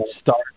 start